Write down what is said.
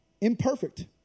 Imperfect